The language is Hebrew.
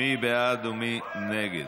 מי בעד ומי נגד?